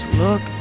look